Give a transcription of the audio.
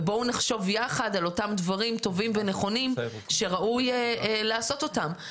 ובואו נחשוב יחד על אותם דברים טובים ונכונים שראוי לעשות אותם.